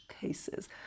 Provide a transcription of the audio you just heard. cases